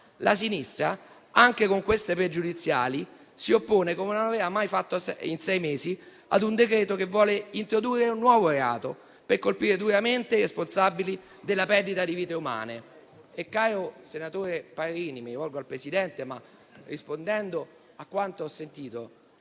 la sinistra, anche con queste questioni pregiudiziali, si oppone, come non aveva mai fatto in sei mesi, a un decreto-legge che vuole introdurre un nuovo reato per colpire duramente i responsabili della perdita di vite umane. Caro senatore Parrini - mi rivolgo al Presidente, ma rispondendo a quanto ho sentito